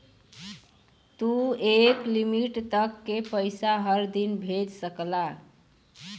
तू एक लिमिट तक के पइसा हर दिन भेज सकला